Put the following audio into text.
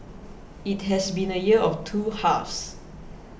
it has been a year of two halves